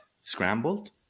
scrambled